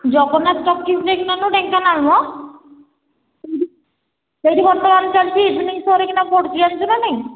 Jagannath talkies ଦେଖିନୁ ଢେଙ୍କାନାଳ ମ ସେଇଠି ବର୍ତ୍ତମାନ ଚାଲିଛି ଇଭନିଂ ସୋରେ ଏଇକ୍ଷିଣା ପଡୁଛି ଜାଣିଛୁ ନା ନାହିଁ